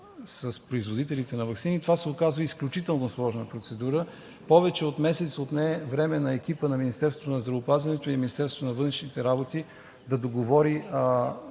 с производителите на ваксини, това се оказа изключително сложна процедура. Повече от месец време отне на екипа на Министерството на здравеопазването и на Министерството на външните работи да договори